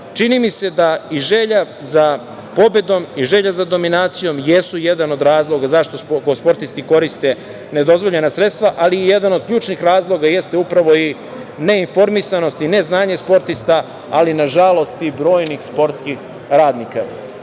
mi se da i želja za pobedom i želja za dominacijom jesu jedan od razloga zašto sportisti koriste nedozvoljena sredstva, ali i jedan od ključnih razloga jeste upravo i neinformisanost i ne znanje sportista, ali nažalost i brojnih sportskih radnika. Ono